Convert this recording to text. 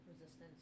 resistance